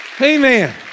Amen